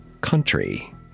country